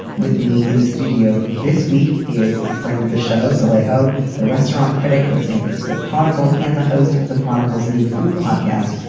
with me in the studio this week is a friend of the show. so i hope the restaurant critic for the san francisco chronicle and the host of the chronicle's new food podcast,